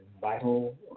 vital